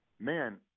man